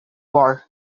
war